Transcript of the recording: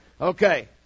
Okay